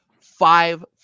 five